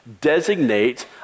designate